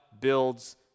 builds